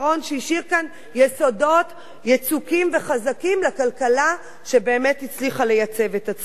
שהשאיר כאן יסודות יצוקים וחזקים לכלכלה שבאמת הצליחה לייצב את עצמה.